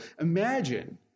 Imagine